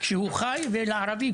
חי וגם בטיפול ברצח של אזרח ערבי.